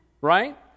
right